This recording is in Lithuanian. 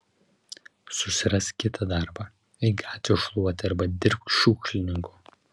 susirask kitą darbą eik gatvių šluoti arba dirbk šiukšlininku